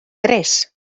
tres